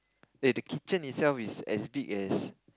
eh the kitchen itself is as big as